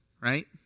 Right